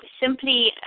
simply